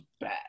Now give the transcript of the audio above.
bad